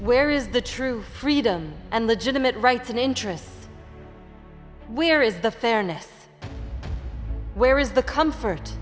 where is the true freedom and legitimate rights and interests where is the fairness where is the comfort